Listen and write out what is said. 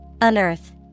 Unearth